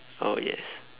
oh yes